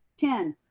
ten,